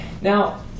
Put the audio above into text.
Now